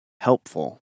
helpful